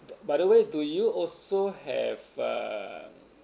by the way do you also have uh